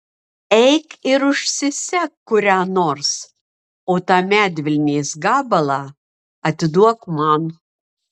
eik ir užsisek kurią nors o tą medvilnės gabalą atiduok man